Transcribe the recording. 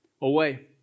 away